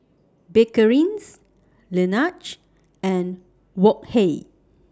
Bakerzin Laneige and Wok Hey